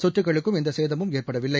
சொத்துகளுக்கும் எந்த சேதமும் ஏற்படவில்லை